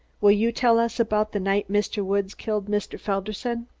will you tell us about the night mr. woods killed mr. felderson?